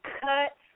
cut